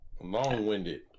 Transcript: Long-winded